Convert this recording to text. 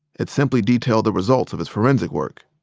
it simply detailed the results of his forensic work.